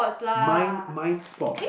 mind mind sports